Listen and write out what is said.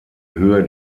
höhe